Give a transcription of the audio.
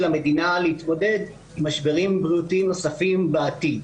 המדינה להתמודד עם משברים בריאותיים נוספים בעתיד.